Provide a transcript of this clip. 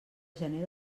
gener